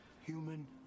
human